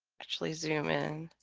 actually zoom in